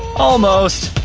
almost!